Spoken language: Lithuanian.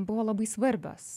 buvo labai svarbios